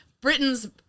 Britain's